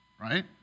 right